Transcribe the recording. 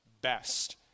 best